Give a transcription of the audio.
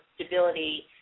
stability